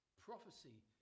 Prophecy